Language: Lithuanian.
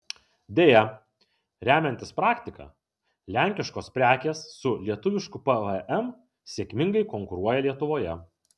deja remiantis praktika lenkiškos prekės su lietuvišku pvm sėkmingai konkuruoja lietuvoje